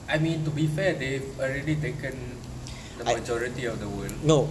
I mean to be fair they've already taken the majority of the world